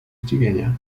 zdziwienia